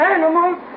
Animals